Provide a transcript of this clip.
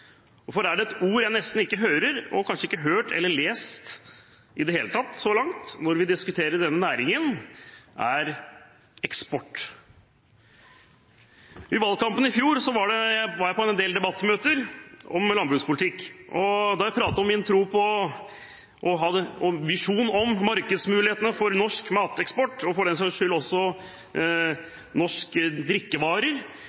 folkevalgte. For er det et ord jeg nesten ikke hører, og som jeg kanskje ikke har hørt eller lest i det hele tatt så langt når vi diskuterer denne næringen, så er det «eksport». I valgkampen i fjor var jeg på en del debattmøter om landbrukspolitikk, og da jeg pratet om min tro på – og visjon om – markedsmulighetene for norsk mateksport, og for den saks skyld også